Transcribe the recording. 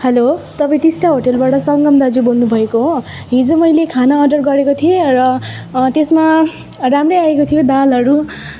hello तपाईँ टिस्टा होटेलबाट सङ्गम दाजु बोल्नु भएको हो हिजो मैले खाना अर्डर गरेको थिएँ र त्यसमा राम्रो आएको थियो दालहरू